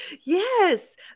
Yes